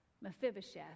Mephibosheth